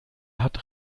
hat